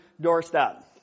doorstep